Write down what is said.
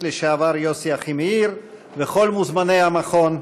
לשעבר יוסי אחימאיר וכל מוזמני המכון,